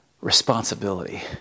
responsibility